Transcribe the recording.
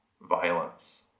violence